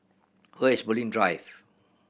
where is Bulim Drive